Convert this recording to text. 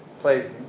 plays